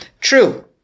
True